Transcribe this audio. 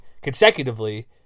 consecutively